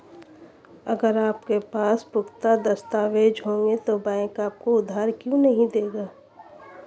अगर आपके पास पुख्ता दस्तावेज़ होंगे तो बैंक आपको उधार क्यों नहीं देगा?